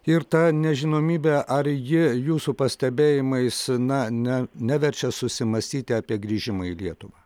ir ta nežinomybė ar ji jūsų pastebėjimais na ne neverčia susimąstyti apie grįžimą į lietuvą